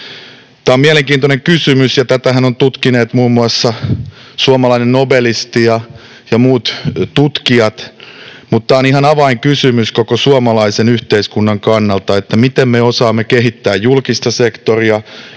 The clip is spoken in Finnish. Tämä on mielenkiintoinen kysymys, ja tätähän ovat tutkineet muun muassa suomalainen nobelisti ja muut tutkijat, mutta tämä on ihan avainkysymys koko suomalaisen yhteiskunnan kannalta: miten me osaamme kehittää julkista sektoria,